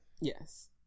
Yes